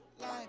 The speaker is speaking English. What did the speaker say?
life